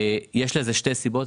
כשיש לזה שתי סיבות.